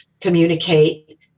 communicate